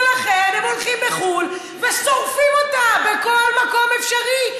ולכן הם הולכים בחו"ל ו"שורפים" אותה בכל מקום אפשרי.